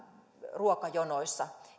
ruokajonoissa